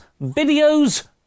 video's